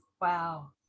Wow